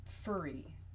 furry